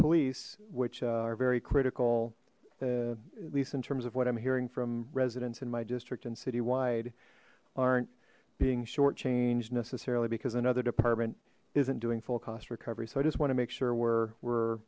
police which are very critical at least in terms of what i'm hearing from residents in my district and citywide aren't being shortchanged necessarily because another department isn't doing full cost recovery so i just want to make sure we're we're